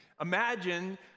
Imagine